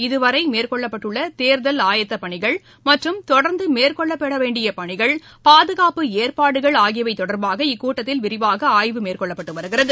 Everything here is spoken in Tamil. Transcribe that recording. இதுவரைமேற்கொள்ளப்பட்டுள்ளதேர்தல் ஆயத்தப் பணிகள் மற்றும் தொடர்ந்தமேற்கொள்ளப்படவேண்டியபணிகள் பாதுகாப்பு ஏற்பாடுகள் ஆகியவைதொடர்பாக இக்கூட்டத்தில் விரிவாகஆய்வு மேற்கொள்ளப்பட்டுவருகிறது